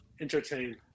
entertain